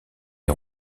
est